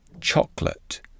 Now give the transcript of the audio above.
Chocolate